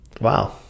Wow